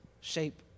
shape